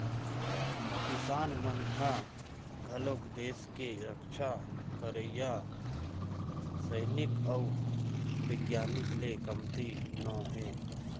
किसान मन ह घलोक देस के रक्छा करइया सइनिक अउ बिग्यानिक ले कमती नो हे